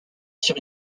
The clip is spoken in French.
sur